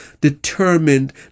determined